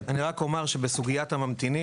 אני רק אומר שבסוגיית הממתינים,